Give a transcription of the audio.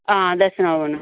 हां दस्सना पौना ऐ